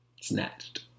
Snatched